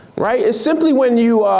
right, it's simply when you,